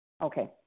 Okay